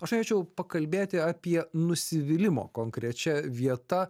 aš norėčiau pakalbėti apie nusivylimo konkrečia vieta